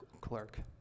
clerk